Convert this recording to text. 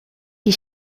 die